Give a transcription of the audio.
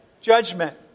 judgment